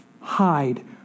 hide